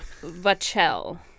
vachel